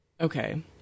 Okay